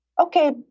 okay